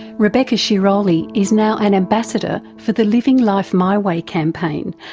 rebecca sciroli is now an ambassador for the living life my way campaign,